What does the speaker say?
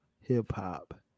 hip-hop